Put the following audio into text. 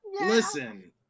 Listen